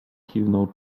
kiwnął